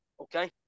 okay